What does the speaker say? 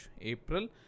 April